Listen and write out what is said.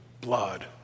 blood